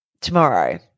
tomorrow